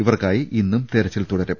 ഇവർക്കായി ഇന്നും തെരച്ചിൽ തുടരും